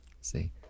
see